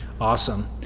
Awesome